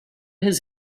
his